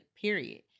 period